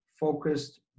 focused